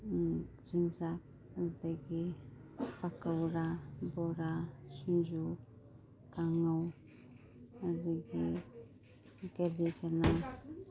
ꯆꯤꯟꯖꯥꯛ ꯑꯗꯒꯤ ꯄꯥꯀꯧꯔꯥ ꯕꯣꯔꯥ ꯁꯤꯡꯖꯨ ꯀꯥꯡꯍꯧ ꯑꯗꯒꯤ ꯀꯦꯂꯤ ꯆꯥꯅꯥ